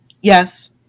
Yes